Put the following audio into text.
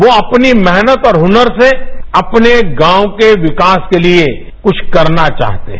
वो अपनी मेहनत और हुनर से अपने गांव के विकास के लिए कुछ करना चाहते हैं